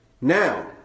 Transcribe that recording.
Now